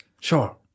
Sure